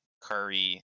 Curry